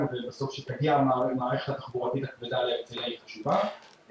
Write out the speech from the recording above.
ובסוף כשתגיע המערכת התחבורתית הכבדה להרצליה היא חשובה.